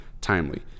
timely